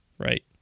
Right